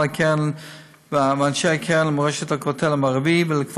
הקרן ועם אנשי הקרן למורשת הכותל המערבי כדי לקבוע